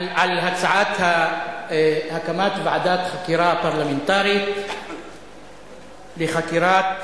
על הצעת הקמת ועדת חקירה פרלמנטרית לחקירת